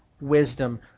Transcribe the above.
wisdom